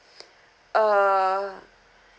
err